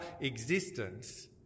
existence